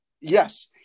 Yes